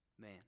man